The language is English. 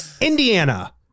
Indiana